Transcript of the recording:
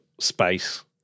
space